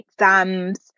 exams